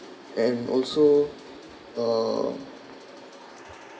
and also uh